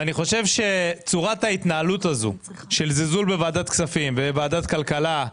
ואני חושב שצורת ההתנהלות הזאת של זלזול בוועדת כספים וועדת כלכלה,